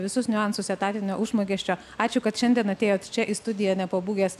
visus niuansus etatinio užmokesčio ačiū kad šiandien atėjot čia į studiją nepabūgęs